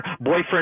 Boyfriend